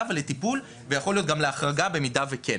ולטיפול ויכול להיות שגם להחרגה אם כן.